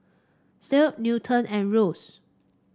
Kirt Newton and Rose